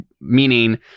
meaning